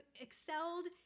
excelled